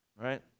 right